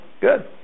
Good